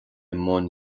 mbun